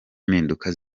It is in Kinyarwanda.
mpinduka